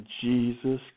Jesus